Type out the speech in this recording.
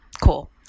Cool